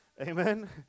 Amen